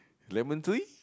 lemon tree